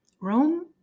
Rome